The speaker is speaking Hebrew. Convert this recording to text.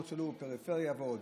הפריפריה ועוד